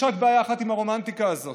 יש רק בעיה אחת עם הרומנטיקה הזאת: